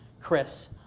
Chris